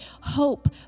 hope